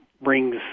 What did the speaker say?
brings